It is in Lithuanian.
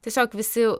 tiesiog visi